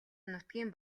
нутгийн